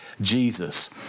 Jesus